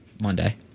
Monday